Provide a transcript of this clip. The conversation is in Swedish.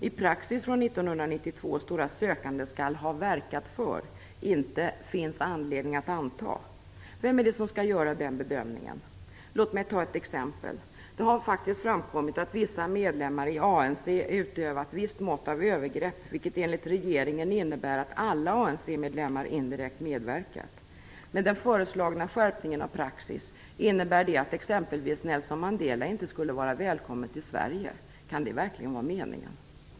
I praxis från 1992 står att sökanden "skall ha verkat för" - inte "finns anledning att anta". Vem är det som skall göra bedömningen? Låt mig ta ett exempel. Det har faktiskt framkommit att vissa medlemmar i ANC utövat visst mått av övergrepp, vilket enligt regeringen innebär att alla ANC-medlemmar indirekt medverkat. Med den föreslagna skärpningen av praxis innebär det att exempelvis Nelson Mandela inte skulle vara välkommen till Sverige. Kan det verkligen vara meningen?